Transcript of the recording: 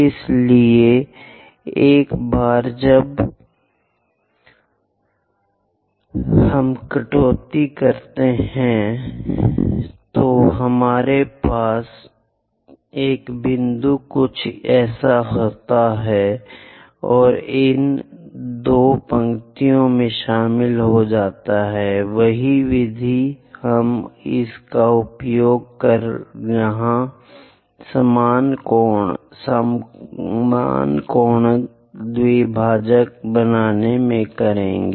इसलिए एक बार जब हम कटौती करते हैं तो हमारे पास एक बिंदु कुछ ऐसा होता है और इन दो पंक्तियों में शामिल हो जाता है वही विधि हम इसका उपयोग यहाँ समान कोण द्विभाजक बनाने में करेंगे